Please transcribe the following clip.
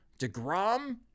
DeGrom